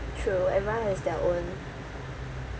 true everyone has their own